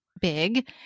big